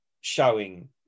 showing